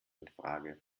infrage